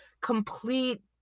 complete